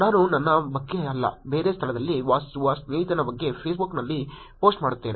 ನಾನು ನನ್ನ ಬಗ್ಗೆ ಅಲ್ಲ ಬೇರೆ ಸ್ಥಳದಲ್ಲಿ ವಾಸಿಸುವ ಸ್ನೇಹಿತನ ಬಗ್ಗೆ ಫೇಸ್ಬುಕ್ನಲ್ಲಿ ಪೋಸ್ಟ್ ಮಾಡುತ್ತೇನೆ